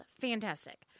fantastic